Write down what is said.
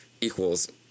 equals